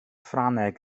ffrangeg